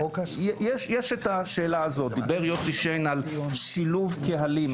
יש את השאלה הזאת, דיבר יוסי שיין על שילוב קהלים.